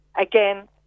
again